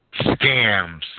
scams